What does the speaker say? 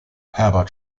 herbert